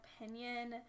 opinion